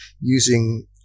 using